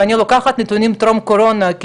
ואני לוקחת נתוני טרום קורונה כי